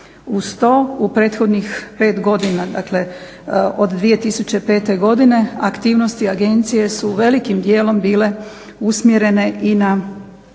Uz to u prethodnih 5 godina, dakle od 2005. godine, aktivnosti agencije su velikim dijelom bile usmjerene i na